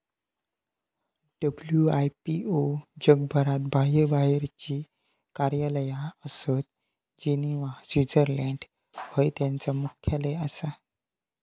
WIPO जगभरात बाह्यबाहेरची कार्यालया आसत, जिनेव्हा, स्वित्झर्लंड हय त्यांचा मुख्यालय आसा